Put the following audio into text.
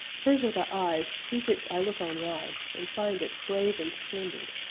hers are the eyes through which i look on life and find it brave and splendid.